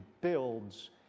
builds